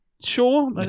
Sure